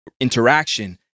interaction